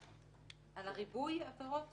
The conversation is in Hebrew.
על ריבוי העבירות?